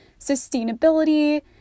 sustainability